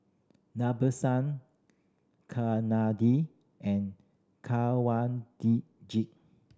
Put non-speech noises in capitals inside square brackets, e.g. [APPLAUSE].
Nadesan [UNINTELLIGIBLE] and [UNINTELLIGIBLE]